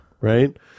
Right